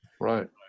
Right